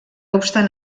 obstant